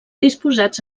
disposats